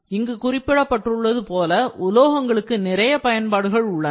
இங்கு குறிப்பிடப்பட்டுள்ளது போல உலோகங்களுக்கு நிறைய பயன்பாடுகள் உள்ளன